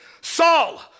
Saul